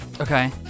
Okay